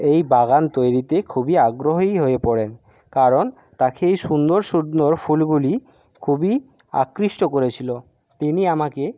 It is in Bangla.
এই বাগান তৈরিতে খুবই আগ্রহী হয়ে পড়েন কারণ তাখে এই সুন্দর সুন্দর ফুলগুলি খুবই আকৃষ্ট করেছিলো তিনি আমাকে